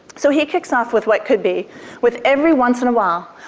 so he kicks off with what could be with, every once in a while,